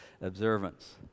observance